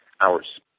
hours